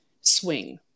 swing